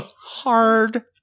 hard